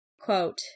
quote